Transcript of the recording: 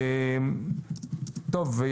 טוב,